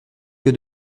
que